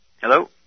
Hello